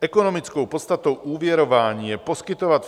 Ekonomickou podstatou úvěrování je poskytovat